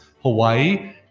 Hawaii